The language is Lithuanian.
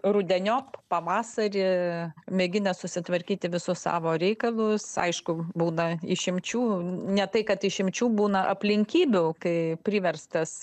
rudeniop pavasarį mėgina susitvarkyti visus savo reikalus aišku būna išimčių ne tai kad išimčių būna aplinkybių kai priverstas